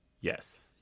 Yes